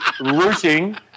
rooting